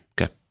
okay